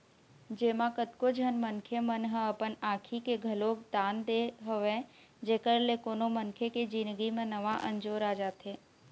जेमा कतको झन मनखे मन ह अपन आँखी के घलोक दान दे हवय जेखर ले कोनो मनखे के जिनगी म नवा अंजोर आ जाथे